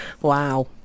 Wow